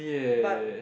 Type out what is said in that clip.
but